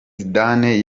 zidane